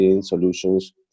solutions